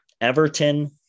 Everton